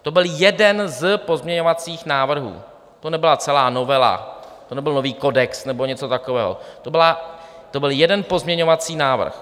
To byl jeden z pozměňovacích návrhů, to nebyla celá novela, to nebyl nový kodex nebo něco takového, to byl jeden pozměňovací návrh.